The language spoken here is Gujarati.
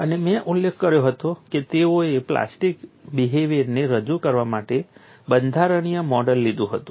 અને મેં ઉલ્લેખ કર્યો હતો કે તેઓએ પ્લાસ્ટિક બિહેવીઅરને રજૂ કરવા માટે બંધારણીય મોડેલ લીધું હતું